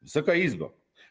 Wysoka Izbo!